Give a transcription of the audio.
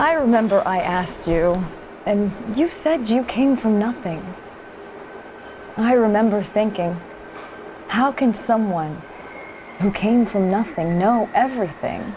i remember i asked you and you said you came from nothing and i remember thinking how can someone who came from nothing know everything